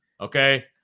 okay